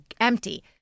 empty